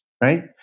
right